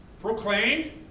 proclaimed